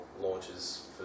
launches